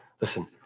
listen